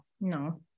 No